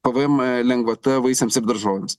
pmv lengvata vaisiams ir daržovėms